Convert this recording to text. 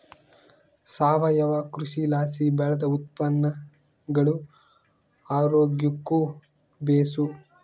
ಸಾವಯವ ಕೃಷಿಲಾಸಿ ಬೆಳ್ದ ಉತ್ಪನ್ನಗುಳು ಆರೋಗ್ಯುಕ್ಕ ಬೇಸು